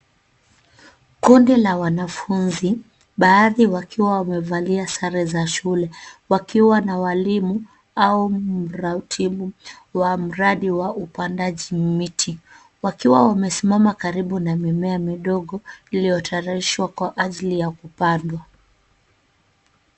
Kundi la wanafunzi, baadhi wakiwa wamevalia sare za shule wakiwa na walimu au mtaratibu wa mradi wa upandaji miti wakiwa wamesimama karbu na mimea iliyotayarishwa kwa ajili ya kupandwa.